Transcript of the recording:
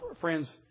friends